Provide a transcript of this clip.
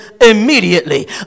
immediately